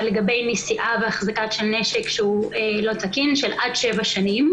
לגבי נשיאה והחזקה של נשק שהוא לא תקין של עד שבע שנים.